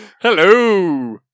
Hello